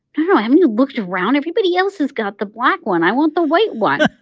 no, haven't you looked around? everybody else has got the black one. i want the white one